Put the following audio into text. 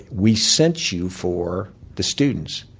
we sent you for the students.